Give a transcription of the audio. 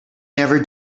never